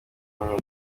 umwe